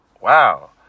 Wow